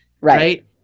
right